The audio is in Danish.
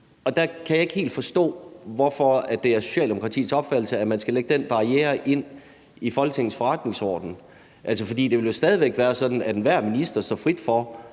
Der kan jeg ikke helt forstå, hvorfor det er Socialdemokratiets opfattelse, at man skal lægge den barriere ind i Folketingets forretningsorden, for det vil jo stadig væk være sådan, at det står enhver minister frit for